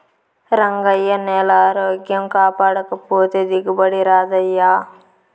రంగయ్యా, నేలారోగ్యం కాపాడకపోతే దిగుబడి రాదయ్యా